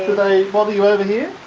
they bother you over here?